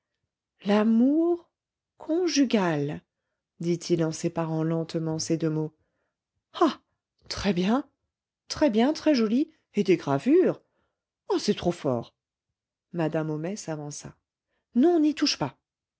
l'amour conjugal dit-il en séparant lentement ces deux mots ah très bien très bien très joli et des gravures ah c'est trop fort madame homais s'avança non n'y touche pas